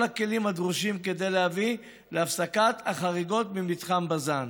הכלים הדרושים להביא להפסקת החריגות במתחם בז"ן,